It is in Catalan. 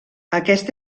aquest